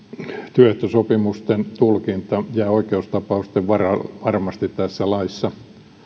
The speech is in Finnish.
työehtosopimusten tulkinta jää oikeustapausten varaan varmasti tässä laissa